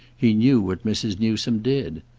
he knew what mrs. newsome did.